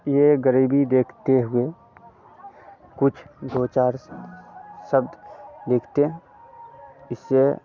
यह गरीबी देखते हुए कुछ दो चार शब्द लिखते इससे